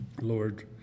Lord